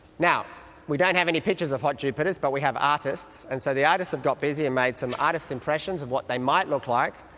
we don't have any pictures of hot jupiters but we have artists, and so the artists have got busy and made some artists' impressions of what they might look like,